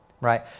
right